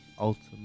Ultimate